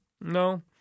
no